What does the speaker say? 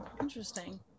Interesting